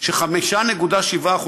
ש-5.7%,